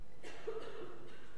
שהיו בתקופות השונות,